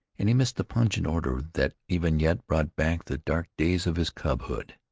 and he missed the pungent odor that even yet brought back the dark days of his cubhood.